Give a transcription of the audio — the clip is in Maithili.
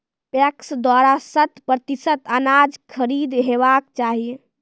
पैक्स द्वारा शत प्रतिसत अनाज खरीद हेवाक चाही?